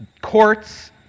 Courts